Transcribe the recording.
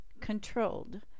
controlled